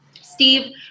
Steve